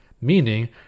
meaning